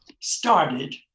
started